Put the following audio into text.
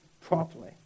properly